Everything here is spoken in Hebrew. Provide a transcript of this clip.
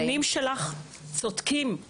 הטיעונים שלך צודקים,